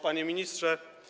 Panie Ministrze!